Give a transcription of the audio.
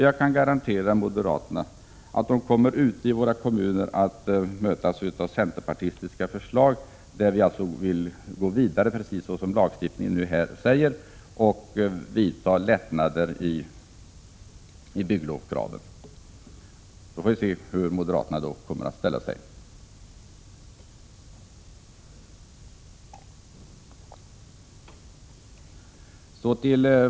Jag kan garantera moderaterna att de ute i kommunerna kommer att mötas av centerpartistiska förslag om att gå vidare och genomföra lättnader i byggnadslovskraven. Då får vi se hur moderaterna kommer att ställa sig.